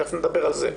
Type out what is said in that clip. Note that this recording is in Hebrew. תיכף נדבר על זה.